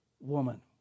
woman